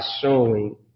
showing